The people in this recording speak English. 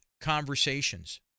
conversations